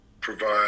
provide